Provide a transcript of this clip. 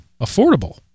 affordable